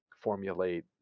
formulate